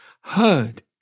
heard